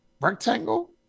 rectangle